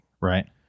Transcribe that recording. Right